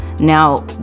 Now